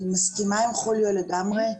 אני מסכימה עם חוליו לגמרי,